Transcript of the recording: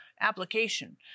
application